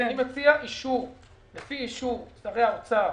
אני מציע שזה יהיה לפי אישור שרי האוצר